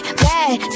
bad